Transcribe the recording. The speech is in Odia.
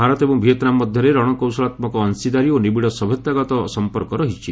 ଭାରତ ଏବଂ ଭିଏତ୍ନାମ୍ ମଧ୍ୟରେ ରଣକୌଶଳାତ୍ମକ ଅଂଶୀଦାରୀ ଓ ନିବିଡ଼ ସଭ୍ୟତାଗତ ସମ୍ପର୍କ ରହିଛି